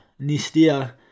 Nistia